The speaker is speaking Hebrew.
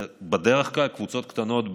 זה בדרך כלל קבוצות קטנות,